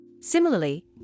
Similarly